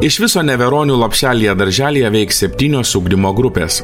iš viso neveronių lopšelyje darželyje veiks septynios ugdymo grupės